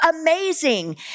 amazing